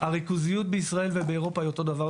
הריכוזיות בישראל ובאירופה היא אותו דבר.